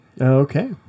Okay